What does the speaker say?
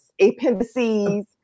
appendices